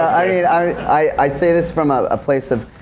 i mean i say this from a place of,